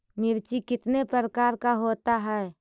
मिर्ची कितने प्रकार का होता है?